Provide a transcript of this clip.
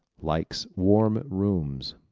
likes warm rooms